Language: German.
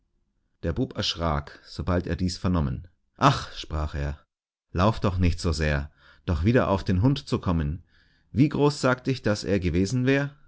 der bub erschrak sobald er dies vernommen ach sprach er lauft doch nicht so sehr doch wieder auf den hund zu kommen wie groß sagt ich daß er gewesen wär